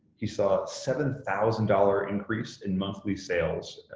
he saw a seven thousand dollars increase in monthly sales,